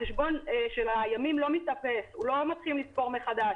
החשבון של הימים לא מתאפס, לא מתחילים לספור מחדש.